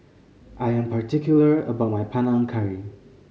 I am particular about my Panang Curry